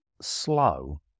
slow